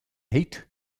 eight